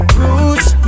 roots